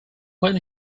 when